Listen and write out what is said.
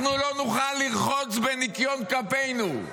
אנחנו לא נוכל לרחוץ בניקיון כפינו.